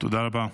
תודה רבה.